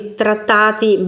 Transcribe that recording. trattati